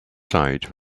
side